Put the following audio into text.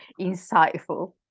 insightful